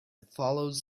follows